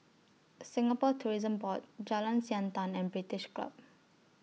Singapore Tourism Board Jalan Siantan and British Club